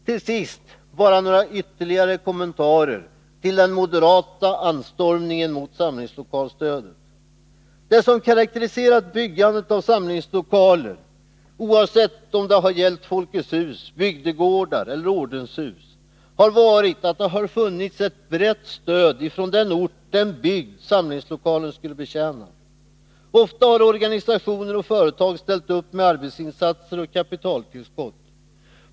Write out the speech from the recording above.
Till sist bara ytterligare några kommentarer till den moderata anstormningen mot samlingslokalstödet. Det som karakteriserat byggandet av samlingslokaler, oavsett om det gällt Folkets hus, bygdegårdar eller ordenshus, har varit att det funnits ett brett stöd inom den ort och den bygd som samlingslokalen skulle betjäna. Ofta har organisationer och företag ställt upp med arbetsinsatser och kapitaltillskott.